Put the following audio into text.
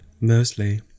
Mostly